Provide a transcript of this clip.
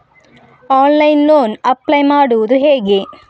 Online loan apply ಮಾಡುವುದು ಹೇಗೆ?